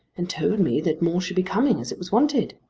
and told me that more should be coming as it was wanted.